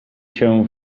się